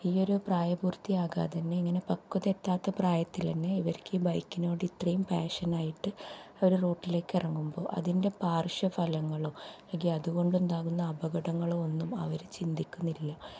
ഈയൊരു പ്രായപൂർത്തിയാകാതെ തന്നെ ഇങ്ങനെ പക്വത എത്താത്ത പ്രായത്തിൽ തന്നെ ഇവർക്ക് ഈ ബൈക്കിനോട് ഇത്രയും പാഷനായിട്ട് അവർ റൂട്ടിലേക്ക് ഇറങ്ങുമ്പോൾ അതിൻ്റെ പാർശ്വഫലങ്ങളോ അല്ലെങ്കിൽ അതുകൊണ്ടുണ്ടാകുന്ന അപകടങ്ങളോ ഒന്നും അവർ ചിന്തിക്കുന്നില്ല